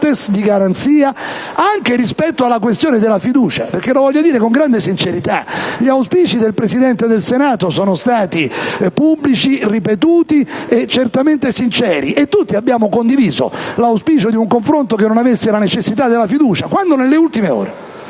partes* e di garanzia anche rispetto alla questione della fiducia. Sinceramente gli auspici del Presidente del Senato sono stati pubblici, ripetuti e certamente sinceri, e tutti abbiamo condiviso l'auspicio di un confronto che non avesse la necessità della fiducia. Quando nelle ultime ore